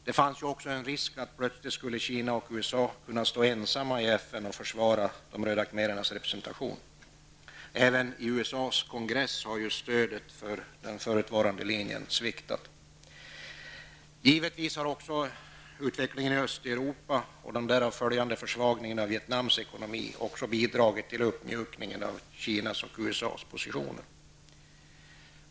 Det fanns ju en risk för att plötsligt skulle Kina och USA kunna stå ensamma i FN och försvara de röda khmerernas representation. Även i USAs kongress har stödet för den förutvarande linjen sviktat. Givetvis har utvecklingen i Östeuropa och den därav följande försvagningen av Vietnams ekonomi också bidragit till uppmjukningen av Kinas och USAs positioner.